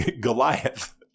Goliath